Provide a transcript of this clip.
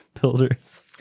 Builders